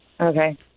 Okay